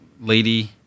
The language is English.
lady